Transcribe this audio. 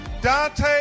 Dante